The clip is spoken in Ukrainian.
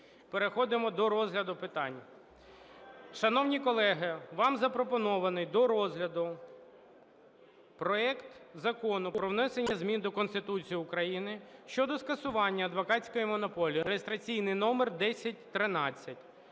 Переходимо до розгляду питань. Шановні колеги, вам запропонований до розгляду проект Закону про внесення змін до Конституції України (щодо скасування адвокатської монополії) (реєстраційний номер 1013).